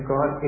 God